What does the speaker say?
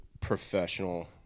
professional